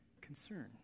concern